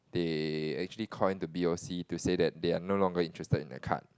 they actually call in to b_o_c to say that they're no longer interested in that card